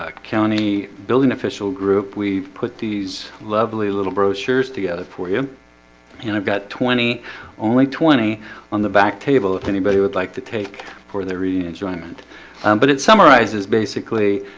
ah county building official group we put these lovely little brochures together for you and i've got twenty only twenty on the back table if anybody would like to take for the reading enjoyment but it summarizes basically,